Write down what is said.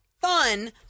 fun